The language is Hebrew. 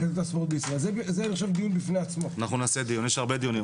יש הרבה דיונים.